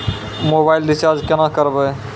Mobile recharge केना करबै?